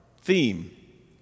theme